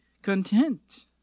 content